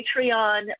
Patreon